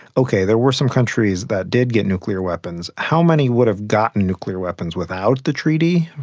okay, there were some countries that did get nuclear weapons. how many would have gotten nuclear weapons without the treaty?